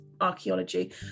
archaeology